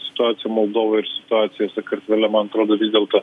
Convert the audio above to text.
situacija moldovoj ir situacija sakartvele man atrodo vis dėlto